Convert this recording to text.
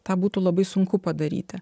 tą būtų labai sunku padaryti